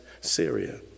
Syria